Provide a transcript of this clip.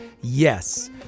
yes